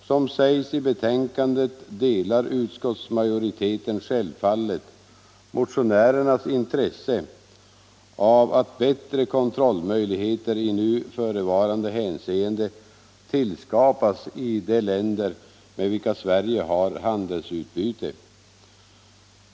Som sägs i betänkandet delar utskottsmajoriteten självfallet motionärernas intresse av att bättre kontrollmöjligheter i nu förevarande hänseende tillskapas i de länder med vilka Sverige har handelsutbyte.